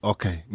Okay